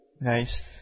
Nice